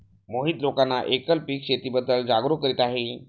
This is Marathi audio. मोहित लोकांना एकल पीक शेतीबद्दल जागरूक करत आहे